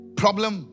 problem